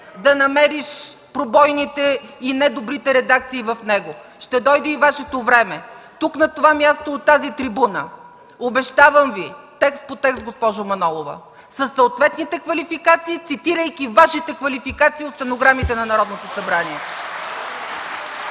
да намериш пробойните и недобрите редакции в него. Ще дойде и Вашето време – тук, на това място, от тази трибуна. Обещавам Ви! Текст по текст, госпожо Манолова, със съответните квалификации, цитирайки Вашите квалификации от стенограмите на Народното събрание.